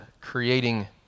creating